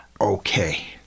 Okay